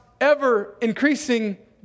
ever-increasing